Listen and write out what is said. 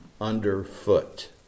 underfoot